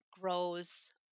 grows